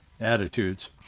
attitudes